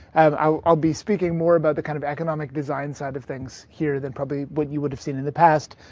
i will be speaking more about the kind of economic design side of things here than probably what you would have seen in the past.